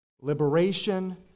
liberation